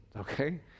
okay